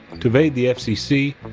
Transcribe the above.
to evade the fcc,